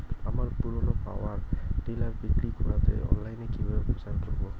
আমার পুরনো power tiller বিক্রি করাতে অনলাইনে কিভাবে প্রচার করব?